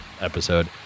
episode